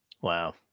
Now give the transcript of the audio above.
Wow